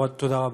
תודה רבה.